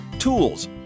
tools